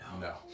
No